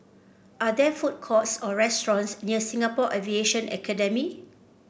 are there food courts or restaurants near Singapore Aviation Academy